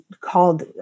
called